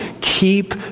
keep